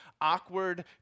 awkward